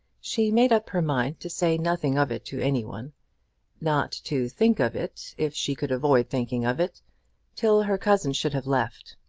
she made up her mind to say nothing of it to any one not to think of it if she could avoid thinking of it till her cousin should have left